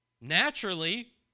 Naturally